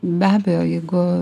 be abejo jeigu